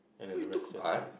what you took Art